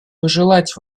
пожелать